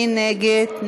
מי נגד?